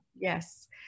Yes